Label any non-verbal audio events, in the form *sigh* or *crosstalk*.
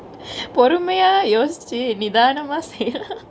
பொருமையா யோசிச்சு நிதானமா செய்யலா:porumaiya yosichu neethanema seiyala *laughs*